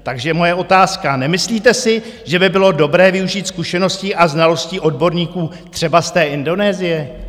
Takže moje otázka: Nemyslíte si, že by bylo dobré využít zkušeností a znalostí odborníků třeba z Indonésie?